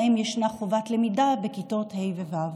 שבהם ישנה חובת למידה בכיתות ה'-ו'.